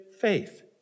faith